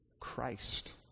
Christ